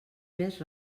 més